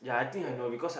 ya